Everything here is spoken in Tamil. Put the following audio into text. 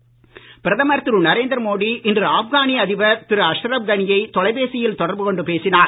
மோடி கனி பிரதமர் திரு நரேந்திர மோடி இன்று ஆப்கானிய அதிபர் திரு அஷ்ரப் கனியை தொலைபேசியில் தொடர்பு கொண்டு பேசினார்